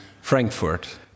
Frankfurt